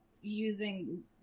using